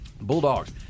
Bulldogs